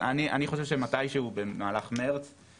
אני חושב שמתישהו במהלך מרץ נעדכן אתכם אם כבר עלינו.